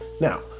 Now